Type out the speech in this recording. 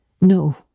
No